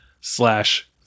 slash